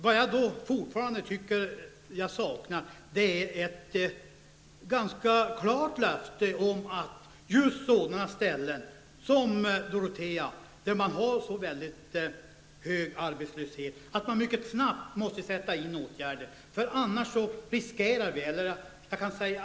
Det jag fortfarande saknar är ett klart löfte om att man snabbt skall sätta in åtgärder på just sådana platser som Dorotea, där arbetslösheten är så hög.